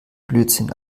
blödsinn